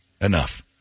Enough